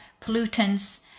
pollutants